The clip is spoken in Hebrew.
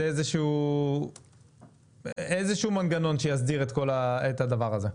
איזה שהוא מנגנון שיסדיר את כל הדבר הזה?